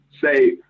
say